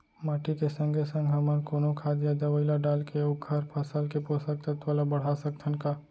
माटी के संगे संग हमन कोनो खाद या दवई ल डालके ओखर फसल के पोषकतत्त्व ल बढ़ा सकथन का?